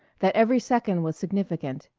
that every second was significant,